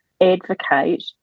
advocate